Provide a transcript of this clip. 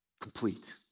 Complete